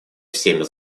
всеми